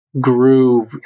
grew